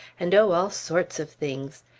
and oh, all sorts of things!